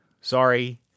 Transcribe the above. sorry